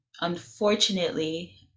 unfortunately